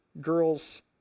girls